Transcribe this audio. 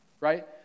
Right